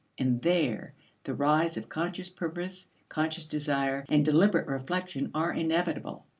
and there the rise of conscious purpose, conscious desire, and deliberate reflection are inevitable.